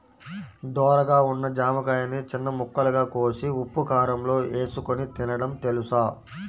ధోరగా ఉన్న జామకాయని చిన్న ముక్కలుగా కోసి ఉప్పుకారంలో ఏసుకొని తినడం తెలుసా?